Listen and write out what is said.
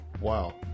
wow